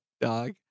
dog